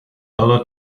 todo